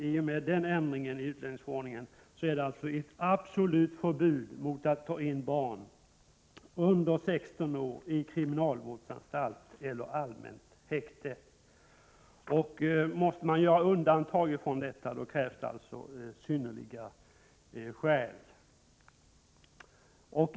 I och med den ändringen av utlänningsförordningen råder alltså ett absolut förbud mot att ta in barn under 16 år i kriminalvårdsanstalt eller allmänt häkte. Måste man göra undantag från denna regel krävs alltså synnerliga skäl.